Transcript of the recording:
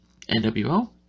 NWO